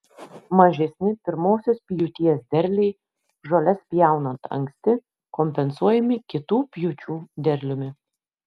mažesni pirmosios pjūties derliai žoles pjaunant anksti kompensuojami kitų pjūčių derliumi